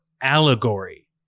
allegory